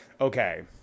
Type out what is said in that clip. Okay